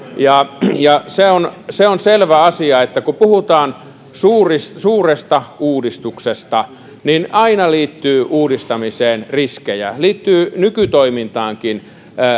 se on se on selvä asia että kun puhutaan suuresta suuresta uudistuksesta niin aina liittyy uudistamiseen riskejä liittyy nykytoimintaankin